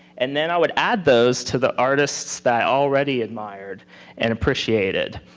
and then i would add those to the artists that i already admired and appreciated.